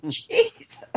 Jesus